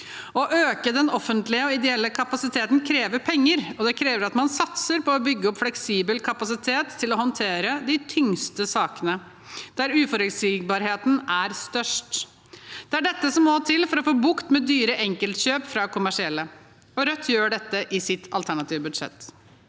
Å øke den offentlige og ideelle kapasiteten krever penger, og det krever at man satser på å bygge opp fleksibel kapasitet til å håndtere de tyngste sakene, der uforutsigbarheten er størst. Det er det som må til for å få bukt med dyre enkeltkjøp fra kommersielle, og Rødt gjør dette i sitt alternative budsjett.